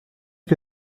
que